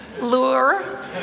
lure